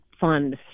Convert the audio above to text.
fund